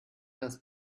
das